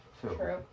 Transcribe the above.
True